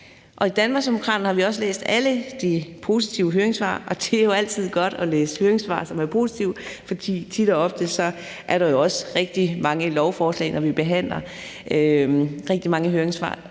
har vi også læst alle de positive høringssvar, og det er jo altid godt at læse høringssvar, som er positive, for tit og ofte er der jo også, når vi behandler lovforslag, rigtig mange høringssvar,